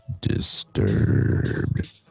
disturbed